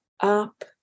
up